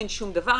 אין שום דבר,